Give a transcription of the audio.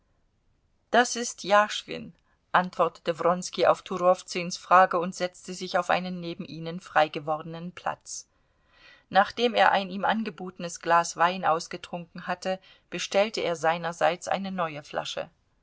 das ist jaschwin antwortete wronski auf turowzüns frage und setzte sich auf einen neben ihnen frei gewordenen platz nachdem er ein ihm angebotenes glas wein ausgetrunken hatte bestellte er seinerseits eine neue flasche